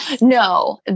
No